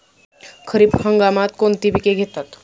खरीप हंगामात कोणती पिके घेतात?